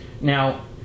Now